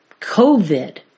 COVID